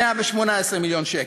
118 מיליון שקל.